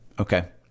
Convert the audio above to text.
Okay